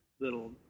little